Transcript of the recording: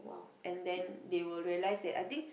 and then they will realise that I think